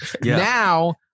Now